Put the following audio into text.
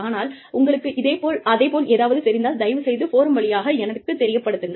ஆனால் உங்களுக்கு அதேபோல் ஏதாவது தெரிந்தால் தயவுசெய்து ஃபோரம் வழியாக எனக்குத் தெரியப்படுத்துங்கள்